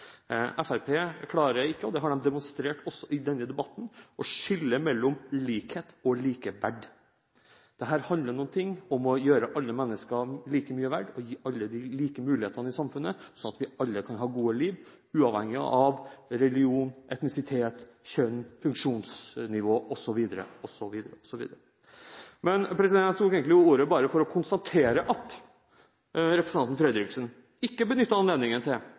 Fremskrittspartiet klarer ikke, og det har de demonstrert også i denne debatten, å skille mellom likhet og likeverd. Dette handler om å gjøre alle mennesker like mye verdt og gi alle like muligheter i samfunnet, slik at vi alle kan ha gode liv, uavhengig av religion, etnisitet, kjønn, funksjonsnivå osv. Men jeg tok egentlig ordet bare for å konstatere at representanten Fredriksen ikke benyttet anledningen til,